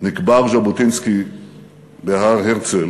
נקבר ז'בוטינסקי בהר-הרצל